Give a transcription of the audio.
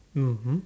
mmhmm